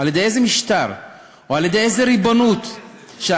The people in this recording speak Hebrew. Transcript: על-ידי איזה משטר או על-ידי איזו ריבונות שהייתה,